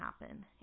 happen